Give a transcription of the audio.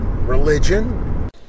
religion